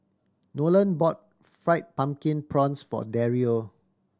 Nolan bought Fried Pumpkin Prawns for Dario